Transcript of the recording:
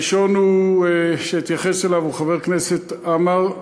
הראשון שאתייחס אליו הוא חבר הכנסת עמאר.